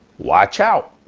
watch out.